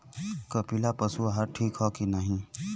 कपिला पशु आहार ठीक ह कि नाही?